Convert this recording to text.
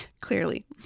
clearly